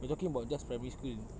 we're talking about just primary school